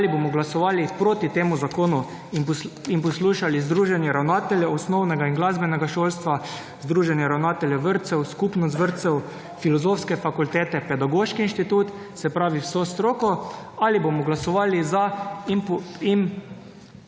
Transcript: ali bomo glasovali proti temu zakonu in poslušali združenje ravnateljev osnovnega in glasbenega šolstva, združenje ravnateljev vrtcev, skupnost vrtcev, filozofske fakultete, pedagoški inštitut, se pravi, vso stroko, ali bomo glasovali za in poslušali